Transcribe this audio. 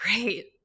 great